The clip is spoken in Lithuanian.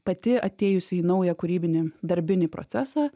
pati atėjusi į naują kūrybinį darbinį procesą